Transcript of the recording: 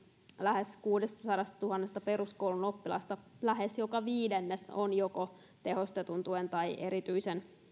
lähes kuudestasadastatuhannesta peruskoulun oppilaasta lähes viidennes on joko tehostetun tuen tai erityisen